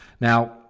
now